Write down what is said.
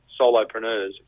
solopreneurs